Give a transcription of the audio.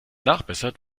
nachbessert